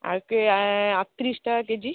আর কে আটত্রিশ টাকা কেজি